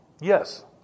Yes